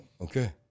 okay